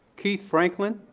keith franklin.